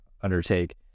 undertake